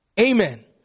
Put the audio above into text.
Amen